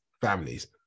families